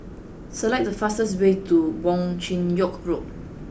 select the fastest way to Wong Chin Yoke Road